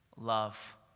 love